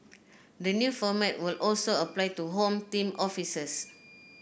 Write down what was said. the new format will also apply to Home Team officers